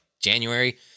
January